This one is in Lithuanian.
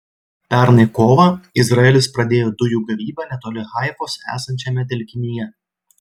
pernai kovą izraelis pradėjo dujų gavybą netoli haifos esančiame telkinyje